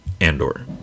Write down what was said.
Andor